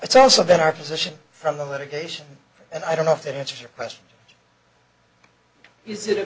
that's also been our position from the litigation and i don't know if that answers your question is it